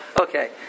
Okay